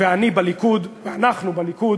ואנחנו בליכוד